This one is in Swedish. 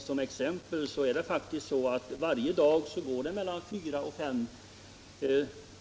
som exempel så kan jag nämna att det varje dag går fyra å fem